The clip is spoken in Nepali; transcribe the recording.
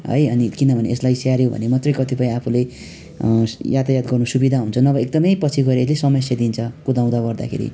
है अनि किनभने यसलाई स्याहाऱ्यो भने मात्रै कतिपय आफूले यातायात गर्नु सुविधा हुन्छ नभए एकदमै पछि गएर यसले समस्या दिन्छ कुदाउँदा ओर्दाखेरि